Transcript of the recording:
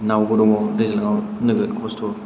नावबो दङ दैज्लाङाव नोगोद खस्थ'